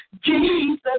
Jesus